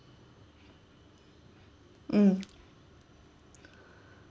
mm